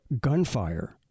gunfire